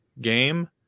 game